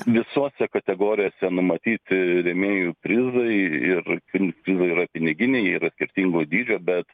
visose kategorijose numatyti rėmėjų prizai ir jie yra piniginiai jie yra skirtingo dydžio bet